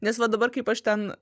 nes va dabar kaip aš ten